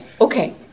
Okay